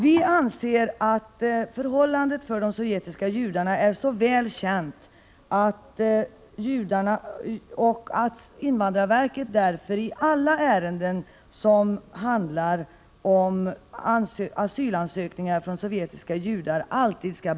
Vi anser att förhållandena för dessa är så väl kända att invandrarverket alltid bör bedöma asylansökningar från sovjetiska judar generöst.